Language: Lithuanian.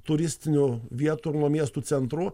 turistinių vietų nuo miestų centrų